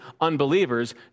unbelievers